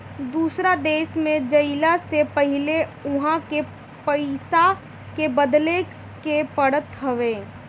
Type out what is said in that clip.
दूसरा देश में जइला से पहिले उहा के पईसा के बदले के पड़त हवे